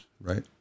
right